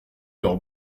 leurs